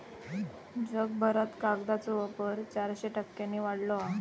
जगभरात कागदाचो वापर चारशे टक्क्यांनी वाढलो हा